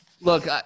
Look